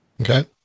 okay